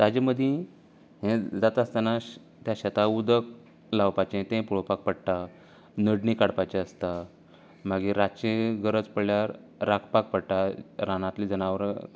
ताची मदीं हे जाता आसताना शेता उदक लावपाचे ते पळोवपाक पडटा नडणी काडपाची आसता मागीर रातचें गरज पडल्यार राखपाक पडटा रानांतली जनावरां